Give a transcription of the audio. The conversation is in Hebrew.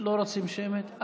לא רוצים שמית?